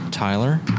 Tyler